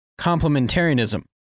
complementarianism